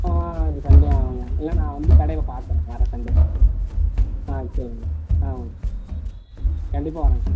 ஆ இந்த சண்டே வாங்க இல்லை நான் வந்து கடையில் பார்க்குறேன் வர சண்டே ஆ சரிங்க ஆ ஓகே கண்டிப்பாக வரேங்க